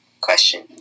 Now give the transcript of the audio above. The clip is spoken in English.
question